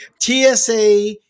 TSA